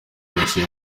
yagiye